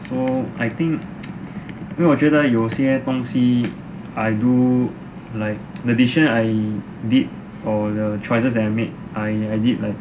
so I think 因为我觉得有些东西 I do like the decisions I did or the choices that I make I did